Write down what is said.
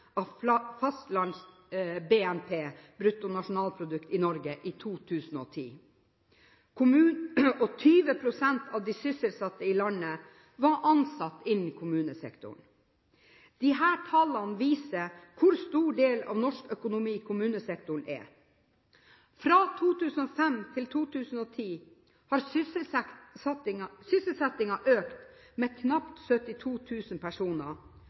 av fastlands-BNP, brutto nasjonalprodukt, i Norge i 2010, og 20 pst. av de sysselsatte i landet var ansatt innen kommunesektoren. Disse tallene viser hvor stor del av norsk økonomi kommunesektoren er. Fra 2005 til 2010 har sysselsettingen økt med knapt 72 000 personer,